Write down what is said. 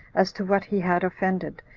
as to what he had offended,